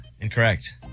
incorrect